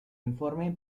informe